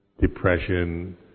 depression